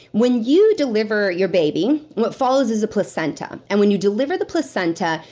when you deliver your baby, what follows is a placenta. and when you deliver the placenta,